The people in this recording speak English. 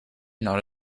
not